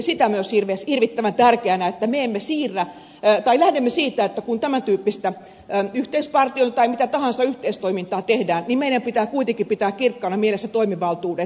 pidän myös sitä hirvittävän tärkeänä että lähdemme siitä että kun tämän tyyppistä yhteispartio tai mitä tahansa yhteistoimintaa tehdään meidän pitää kuitenkin pitää kirkkaana mielessä toimivaltuudet